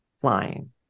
flying